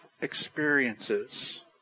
experiences